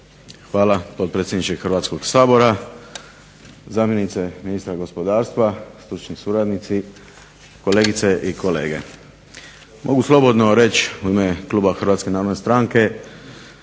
Hvala potpredsjedniče Hrvatskog sabora. Zamjenice ministra gospodarstva, stručni suradnici, kolegice i kolege. Mogu slobodno reći u ime kluba HNS-a i nadovezujući